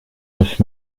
neuf